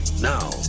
Now